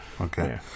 okay